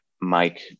Mike